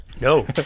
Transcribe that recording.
No